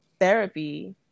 therapy